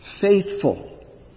faithful